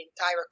entire